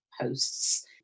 posts